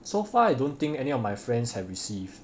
so far I don't think any of my friends have received